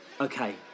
Okay